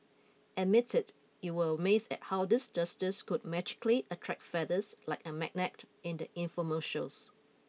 admit it you were amazed at how these dusters could magically attract feathers like a magnet in the infomercials